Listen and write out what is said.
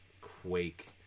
Quake